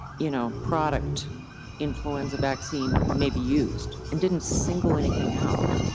you know product influenza vaccine may be used and didn't single anything out,